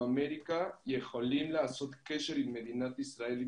אמריקה יכולים לעשות קשר עם מדינת ישראל,